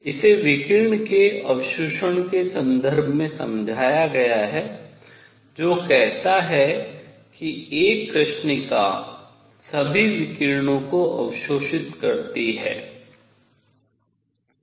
इसे विकिरण के अवशोषण के संदर्भ में समझाया गया है जो कहता है कि एक कृष्णिका सभी विकिरणों को अवशोषित करती है